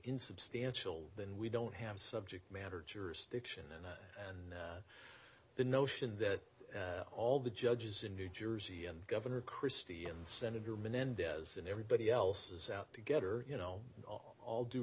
insubstantial then we don't have subject matter jurisdiction and the notion that all the judges in new jersey governor christie and senator menendez and everybody else is out to get or you know all all due